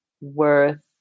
Worth